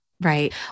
Right